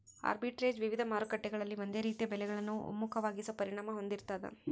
arbitrage ವಿವಿಧ ಮಾರುಕಟ್ಟೆಗಳಲ್ಲಿ ಒಂದೇ ರೀತಿಯ ಬೆಲೆಗಳನ್ನು ಒಮ್ಮುಖವಾಗಿಸೋ ಪರಿಣಾಮ ಹೊಂದಿರ್ತಾದ